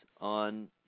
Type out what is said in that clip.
on